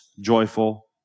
joyful